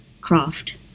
craft